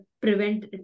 prevent